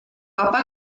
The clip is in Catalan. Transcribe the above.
papa